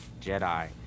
jedi